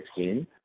2016